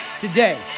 today